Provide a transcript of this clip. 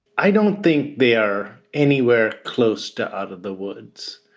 i don't think they are anywhere close to out of the woods.